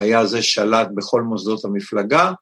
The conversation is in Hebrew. ‫היה זה שלט בכל מוסדות המפלגה.